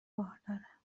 بارداره